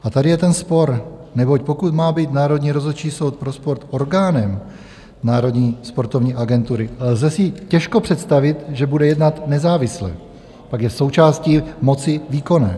A tady je ten spor, neboť pokud má být Národní rozhodčí soud pro sport orgánem Národní sportovní agentury, lze si těžko představit, že bude jednat nezávisle, pak je součástí moci výkonné.